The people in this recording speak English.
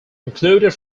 included